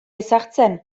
ezartzen